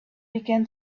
began